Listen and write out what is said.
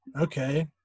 okay